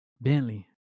Bentley